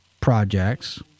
projects